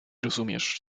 rozumiesz